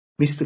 Mr